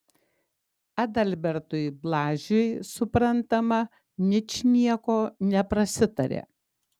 adalbertui blažiui suprantama ničnieko neprasitarė